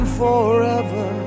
forever